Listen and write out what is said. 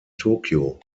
tokio